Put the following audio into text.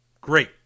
great